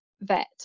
vet